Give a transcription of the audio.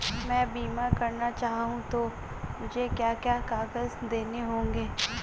मैं बीमा करना चाहूं तो मुझे क्या क्या कागज़ देने होंगे?